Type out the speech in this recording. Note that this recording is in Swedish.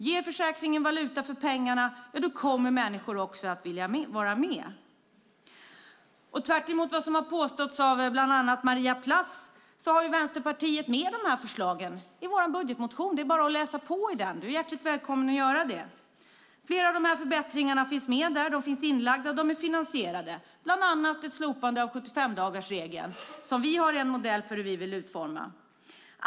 Ger försäkringen valuta för pengarna kommer människor också att vilja vara med. Tvärtemot vad som påståtts av bland annat Maria Plass har Vänsterpartiet med dessa förslag i sin budgetmotion. Det är bara att läsa på. Maria Plass är hjärtligt välkommen att göra det. Flera av dessa förbättringar finns med där, de finns inlagda, de är finansierade. Det gäller bland annat ett slopande av 75-dagarsregeln som vi har en modell för hur vi vill utforma.